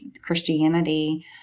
Christianity